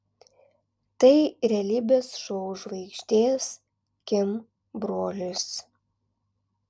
tai realybės šou žvaigždės kim brolis